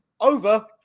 over